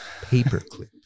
Paperclip